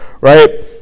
Right